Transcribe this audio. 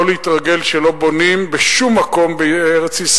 יתרגל לכך שלא בונים בשום מקום בארץ-ישראל,